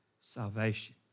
salvation